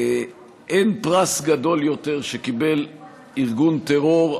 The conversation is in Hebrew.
אין פרס גדול יותר שקיבל ארגון טרור,